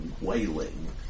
wailing